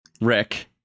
Rick